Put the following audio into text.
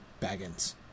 Baggins